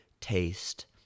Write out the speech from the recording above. taste